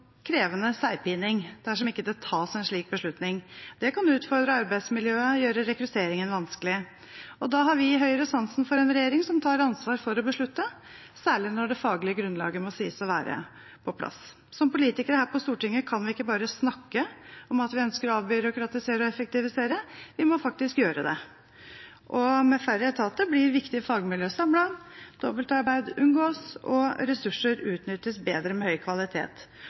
krevende seigpining dersom det ikke tas en slik beslutning. Det kan utfordre arbeidsmiljøet, og gjøre rekrutteringen vanskelig. Da har vi i Høyre sansen for en regjering som tar ansvar for å beslutte, særlig når det faglige grunnlaget må sies å være på plass. Som politikere her på Stortinget kan vi ikke bare snakke om at vi ønsker å avbyråkratisere og effektivisere. Vi må faktisk gjøre det. Med færre etater blir viktige fagmiljøer samlet, dobbeltarbeid unngås, og ressursene utnyttes bedre med høy kvalitet.